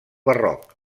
barroc